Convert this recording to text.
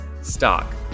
stock